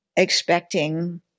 expecting